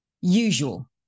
usual